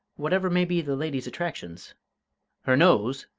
whatever may be the lady's attractions her nose,